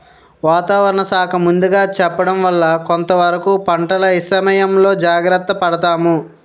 వాతావరణ శాఖ ముందుగా చెప్పడం వల్ల కొంతవరకు పంటల ఇసయంలో జాగర్త పడతాము